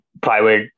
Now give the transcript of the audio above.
private